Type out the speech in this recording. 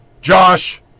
Josh